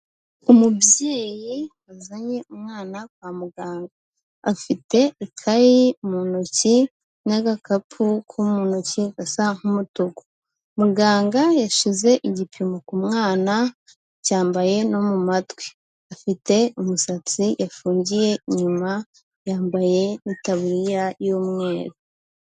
Umubyeyi wazanye umwana kwa muganga, afite ikayi mu ntoki n'agakapu ko mu ntoki gasa nk'umutuku. Muganga yashyize igipimo ku mwana acyambaye no mu matwi. Afite umusatsi yafungiye inyuma, yambaye n'itaburiya y'umweru.